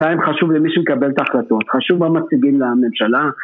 עדיין חשוב למי שיקבל את ההחלטות, חשוב המציגים לממשלה